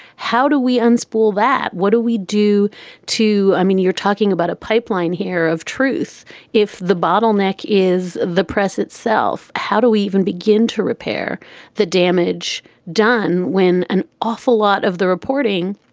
how do we unspool that? what do we do to. i mean, you're talking about a pipeline here of truth if the bottleneck is the press itself, how do we even begin to repair the damage done when an awful lot of the reporting,